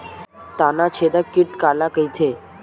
तनाछेदक कीट काला कइथे?